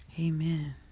Amen